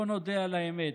בוא נודה על האמת,